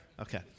Okay